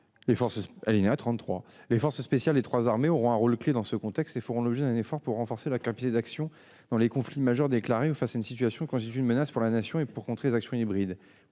Les forces spéciales des trois armées auront un rôle clé dans ce contexte et feront l'objet d'un effort pour renforcer leurs capacités d'actions dans des conflits majeurs déclarés ou face à une situation qui constitue une menace pour la Nation et pour contrer les actions hybrides.